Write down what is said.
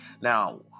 Now